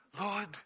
Lord